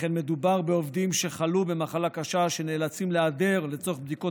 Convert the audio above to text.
שכן מדובר בעובדים שחלו במחלה קשה ונאלצים להיעדר לצורך בדיקות